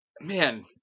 man